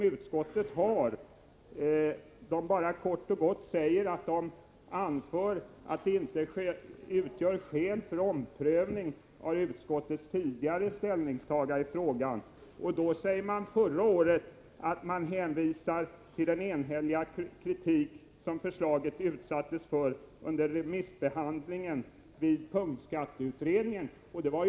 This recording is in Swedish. Utskottet anför kort och gott att det inte finns skäl för en omprövning av utskottets tidigare ställningstagande i frågan. Förra året hänvisade utskottet till den enhälliga kritik som förslaget utsattes för vid remissbehandlingen av punktskatteutredningens betänkande.